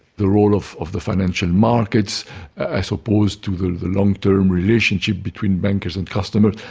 the role of of the financial markets as opposed to the the long-term relationship between bankers and customer,